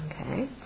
Okay